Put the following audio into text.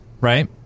right